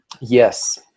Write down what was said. Yes